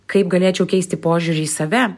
kaip galėčiau keisti požiūrį į save